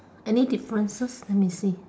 any differences let me see